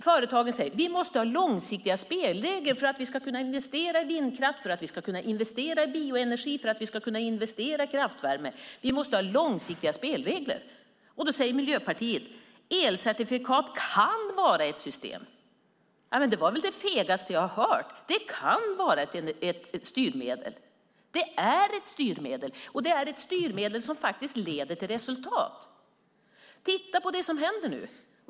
Företagen säger: Vi måste ha långsiktiga spelregler för att vi ska kunna investera i vindkraft, bioenergi och kraftvärme. Miljöpartiet säger: Elcertifikat kan vara ett styrmedel. Det var det fegaste jag har hört. Det är ett styrmedel. Det är ett styrmedel som ger resultat.